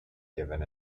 given